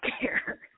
care